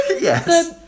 yes